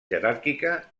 jeràrquica